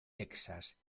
texas